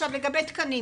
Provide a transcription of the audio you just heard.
לגבי תקנים